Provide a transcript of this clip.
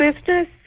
business